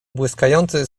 błyskający